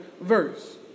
verse